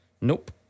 Nope